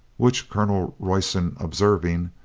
which colonel royston observing,